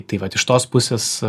tai vat iš tos pusės